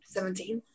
Seventeen